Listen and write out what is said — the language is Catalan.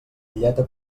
illeta